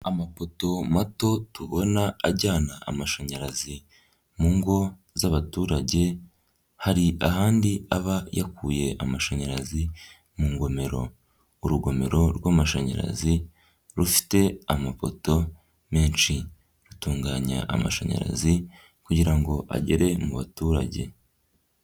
Amapoto mato tubona ajyana amashanyarazi mu ngo z'abaturage, hari ahandi aba yakuye amashanyarazi mu ngomero, urugomero rw'amashanyarazi rufite amapoto menshi. Atunganya amashanyarazi kugira ngo agere mu baturage.